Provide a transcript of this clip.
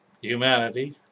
humanity